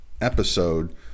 episode